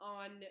on